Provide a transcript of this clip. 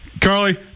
Carly